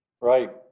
Right